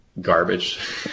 garbage